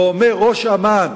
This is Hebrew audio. ואומר ראש אמ"ן